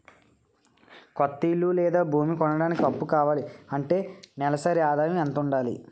కొత్త ఇల్లు లేదా భూమి కొనడానికి అప్పు కావాలి అంటే నా నెలసరి ఆదాయం ఎంత ఉండాలి?